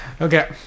Okay